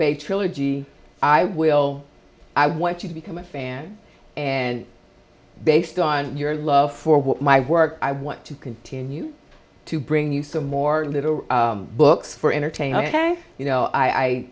bay trilogy i will i want you to become a fan and based on your love for what my work i want to continue to bring you some more little books for entertaining ok you know i